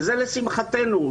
וזה לשמחתנו,